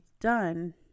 done